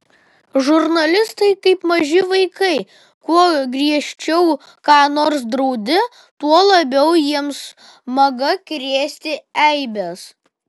žurnalistai kaip maži vaikai kuo griežčiau ką nors draudi tuo labiau jiems maga krėsti eibes